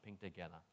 together